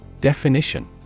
Definition